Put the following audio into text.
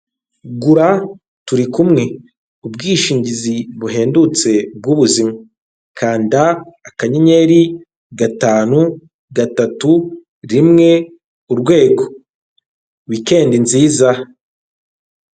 Gura turi kumwe ubwishingizi buhendutse bw'ubuzima kanda akanyenyeri gatanu, gatatu, rimwe, urwego wikendi nziza.